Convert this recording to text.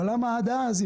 למה עד אז,